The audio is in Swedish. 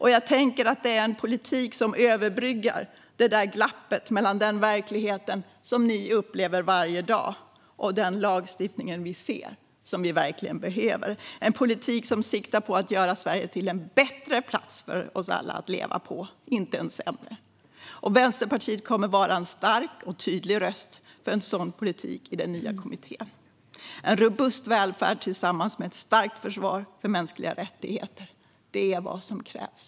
Och jag tänker att vad vi verkligen behöver är en politik som överbryggar det där glappet mellan den verklighet som ni upplever varje dag och den lagstiftning som vi ser. Det är en politik som siktar på att göra Sverige till en bättre plats för oss alla att leva på - inte en sämre. Vänsterpartiet kommer att vara en stark och tydlig röst för en sådan politik i den nya kommittén. En robust välfärd tillsammans med ett starkt försvar för mänskliga rättigheter - det är vad som krävs.